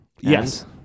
Yes